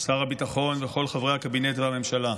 שר הביטחון וכל חברי הקבינט והממשלה,